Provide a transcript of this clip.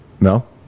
No